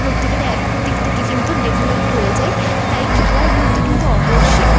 ধরতে গেলে এক দিক থেকে কিন্তু ডেভেলপড হয়ে যায় তাই খেলার গুরুত্ব কিন্তু অপরিসীম